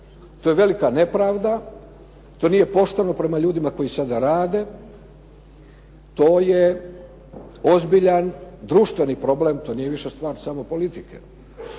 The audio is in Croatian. To je velika nepravda, to nije pošteno prema ljudima koji sada rade. To je ozbiljan društveni problem. To nije više stvar samo politike.